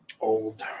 Old